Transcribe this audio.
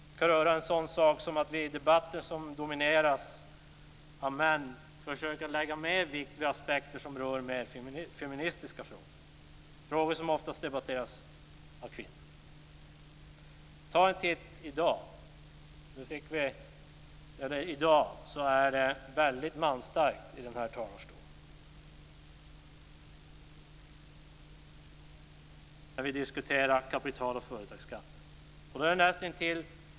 Det kan röra en sådan sak som att vi i debatter som domineras av män försöker lägga större vikt vid aspekter som rör mer feministiska frågor - frågor som oftast debatteras av kvinnor. Ta en titt på hur det ser ut här i dag! Det är väldigt manstarkt i den här talarstolen när vi diskuterar kapital och företagsskatter.